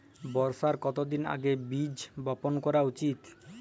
বর্ষার কতদিন আগে বীজ বপন করা উচিৎ?